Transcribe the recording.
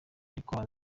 ikosa